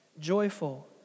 joyful